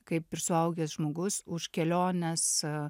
kaip ir suaugęs žmogus už kelionės e